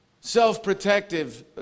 self-protective